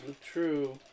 True